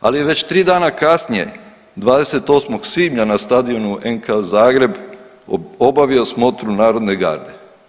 Ali već tri dana kasnije 28. svibnja na stadionu NK Zagreb obavio smotru Narodne garde.